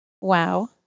Wow